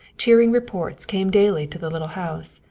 cheering reports came daily to the little house,